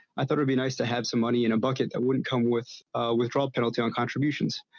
i thought it'd be nice to have some money in a bucket that wouldn't come with a withdrawal penalty on contributions.